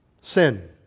Sin